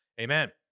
Amen